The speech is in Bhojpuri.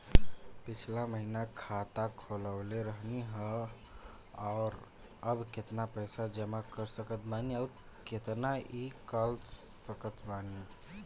पिछला महीना खाता खोलवैले रहनी ह और अब केतना पैसा जमा कर सकत बानी आउर केतना इ कॉलसकत बानी?